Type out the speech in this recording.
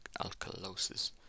alkalosis